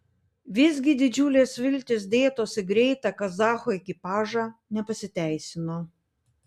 visgi didžiulės viltys dėtos į greitą kazachų ekipažą nepasiteisino